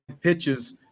pitches